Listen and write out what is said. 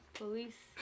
police